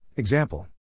Example